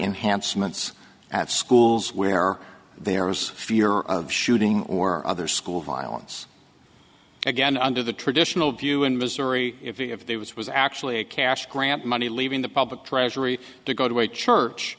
enhancements at schools where there is fear of shooting or other school violence again under the traditional view in missouri if there was was actually a cash grant money leaving the public treasury to go to a church